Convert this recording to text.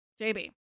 JB